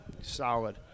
solid